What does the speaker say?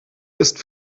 ist